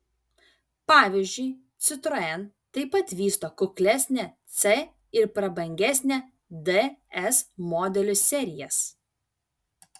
pavyzdžiui citroen taip pat vysto kuklesnę c ir prabangesnę ds modelių serijas